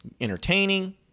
entertaining